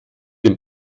dem